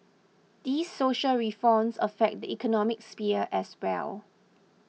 these social reforms affect the economic sphere as well